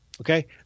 okay